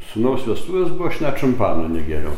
sūnaus vestuvės buvo aš net šampano negėriau